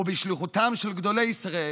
ובשליחותם של גדולי ישראל.